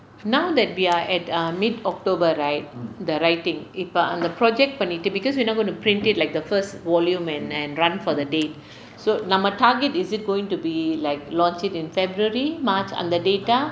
now that we are at err mid october right the writing இப்போ அந்த:ippo antha project பண்ணிட்டு:pannittu because we're not going to print it like the first volume and and run for the date so நம்ம:namma target is it going to be like launch it in february march அந்த:antha date ah